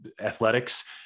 athletics